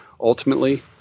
Ultimately